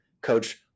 Coach